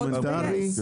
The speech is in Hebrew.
בתוכן דוקומנטרי?